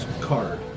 card